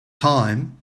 time